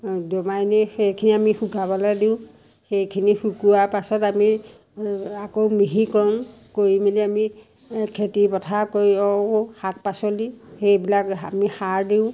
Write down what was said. দমাইনি সেইখিনি আমি শুকাবলৈ দিওঁ সেইখিনি শুকুৱাৰ পাছত আমি আকৌ মিহি কৰোঁ কৰি মেলি আমি এ খেতিপথাৰ কৰি আৰু শাক পাচলি সেইবিলাক আমি সাৰ দিওঁ